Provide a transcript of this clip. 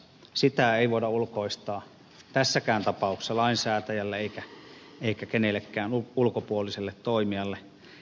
sitä ei voida ulkoistaa tässäkään tapauksessa lainsäätäjälle eikä kenellekään ulkopuoliselle toimijalle